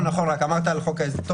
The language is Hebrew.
רק דיברת על חוק ההסדרים.